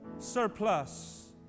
surplus